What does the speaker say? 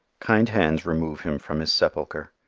kind hands remove him from his sepulcher.